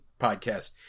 podcast